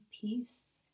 peace